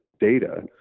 data